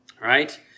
right